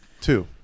Two